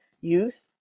youth